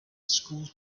school